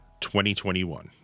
2021